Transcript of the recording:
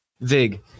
Vig